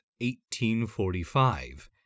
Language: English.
1845